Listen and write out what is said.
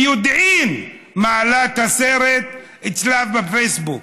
ביודעין, מעלה את הסרט אצלה בפייסבוק.